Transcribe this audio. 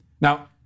Now